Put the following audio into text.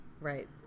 Right